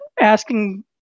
asking